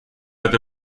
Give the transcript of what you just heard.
это